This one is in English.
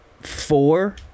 four